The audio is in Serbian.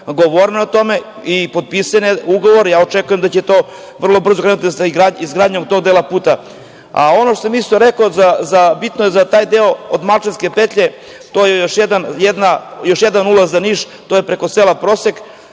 govorili smo o tome i potpisan je ugovor, očekujem da će vrlo brzo krenuti sa izgradnjom tog dela auto-puta. Ono što sam isto rekao, a bitno je za taj deo od Malčanske petlje, jeste još jedan ulaz za Niš preko sela Prosek,